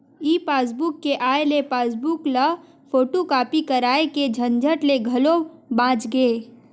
ई passbook के आए ले पासबूक ल फोटूकापी कराए के झंझट ले घलो बाच गे